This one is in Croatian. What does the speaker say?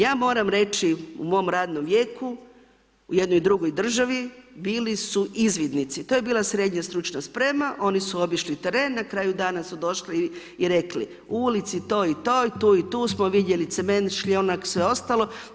Ja moram reći, u mom radnom vijeku, u jednoj drugoj državi, bili su izvidnici to je bila srednja stručna sprema, oni su obišli teren, na kraju dana su došli i rekli, u ulici toj i toj, tu i tu, smo vidjeli cement, šljunak i sve ostalo.